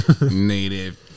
Native